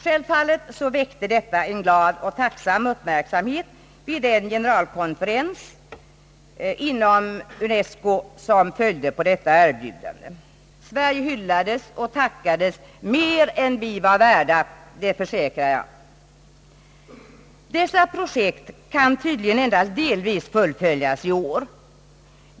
Självfallet väckte detta en glad och tacksam uppmärksamhet vid den generalkonferens i UNESCO, som följde på detta erbjudande. Sverige hyllades och tackades mer — det försäkrar jag — än vi var värda. Dessa projekt kan tydligen endast delvis fullföljas i år.